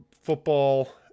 football